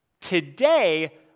Today